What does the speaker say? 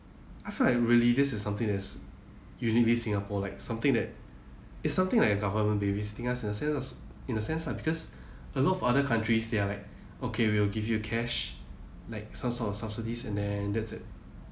I feel like really this is something that's uniquely singapore like something that it's something like the government babysitting us in a sense in a sense lah because a lot of other countries they are like okay we'll give you cash like some sort of subsidies and then that's it